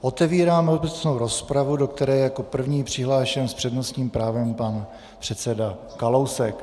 Otevírám obecnou rozpravu, do které je jako první přihlášen s přednostním právem pan předseda Kalousek.